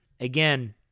Again